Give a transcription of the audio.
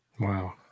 Wow